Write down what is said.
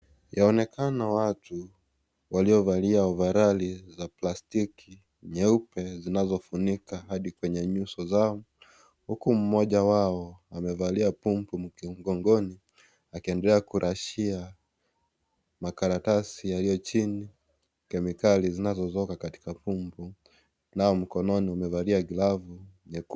Yaonekana watu walio valia ovarali za plastki nyeupe zinazo funika hadi kwenye nyuso zao huku mmoja wao amevalia pump mgongoni akiendelea kurashia makaratasi yaliyo chini kemikali zinazotoka katika pump nao mkononi wamevalia glavu nyekundu.